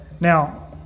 Now